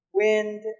wind